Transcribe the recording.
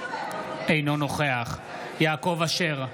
אינו נוכח יעקב אשר,